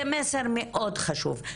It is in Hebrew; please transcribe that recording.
זה מסר מאוד חשוב.